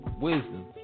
wisdom